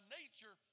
nature